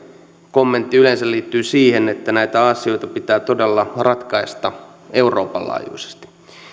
kommentti yleensä liittyy siihen että näitä asioita pitää todella ratkaista euroopan laajuisesti